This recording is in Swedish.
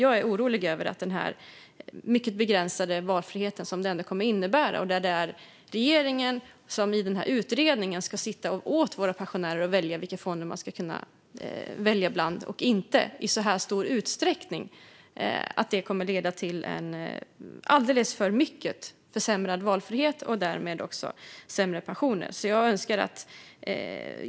Jag är orolig över den mycket begränsade valfrihet som detta ändå kommer att innebära. Det är regeringen som i den här utredningen ska sitta och välja åt våra pensionärer vilka fonder de ska kunna välja bland och inte. När det sker i så här stor utsträckning är jag orolig för att det kommer att leda till en alltför försämrad valfrihet och därmed också till sämre pensioner.